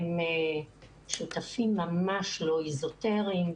הם שותפים ממש לא אזוטריים.